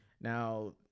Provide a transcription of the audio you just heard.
now